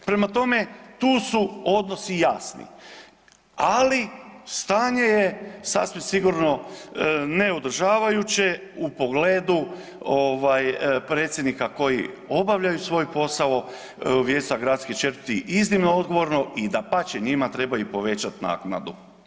Prema tome, tu su odnosi jasni, ali stanje je sasvim sigurno neodržavajuće u pogledu ovaj predsjednika koji obavljaju svoj posao vijeća gradskih četvrti iznimno odgovorno i dapače njima treba i povećati naknadu.